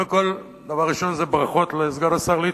קודם כול, דבר ראשון זה ברכות לסגן השר ליצמן.